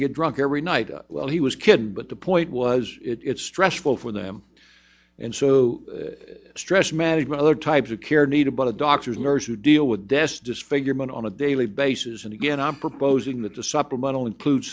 i get drunk every night well he was kidding but the point was it's stressful for them and so stress management other types of care needed by the doctor's nurse who deal with desk disfigurement on a daily basis and again i'm proposing that the supplemental include